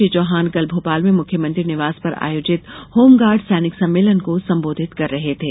श्री चौहान कल भोपाल में मुख्यमंत्री निवास पर आयोजित होमगार्ड सैनिक सम्मेलन को संबोधित कर रहे थे